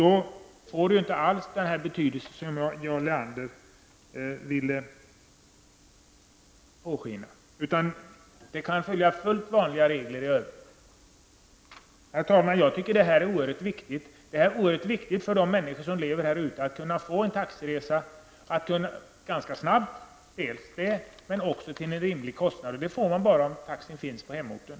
Då får ju förslaget om dispens inte alls den betydelse som Jarl Lander ville låta påskina, utan man kan följa helt vanliga regler i övrigt. Herr talman! Jag tycker att det är oerhört viktigt för de människor som lever i glesbygd att kunna få en taxiresa dels ganska snabbt, dels till en rimlig kostnad -- och det får man bara om taxin finns på hemorten.